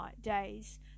days